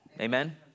Amen